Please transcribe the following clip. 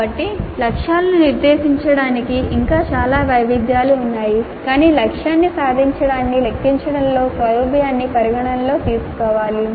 కాబట్టి లక్ష్యాలను నిర్దేశించడానికి ఇంకా చాలా వైవిధ్యాలు ఉన్నాయి కాని లక్ష్యాన్ని సాధించడాన్ని లెక్కించడంలో సౌలభ్యాన్ని పరిగణనలోకి తీసుకోవాలి